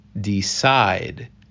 decide